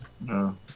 No